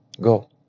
go